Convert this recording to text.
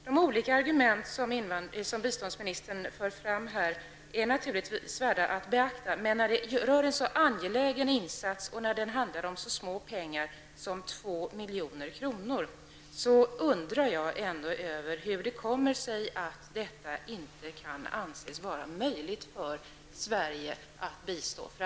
De olika argument som biståndsministern här fört fram är naturligtvis värda att beakta, men när det rör en så angelägen insats och så små pengar som 2 milj.kr. undrar jag ändå över hur det kan komma sig att detta inte kan anses vara möjligt för Sverige att bidra med.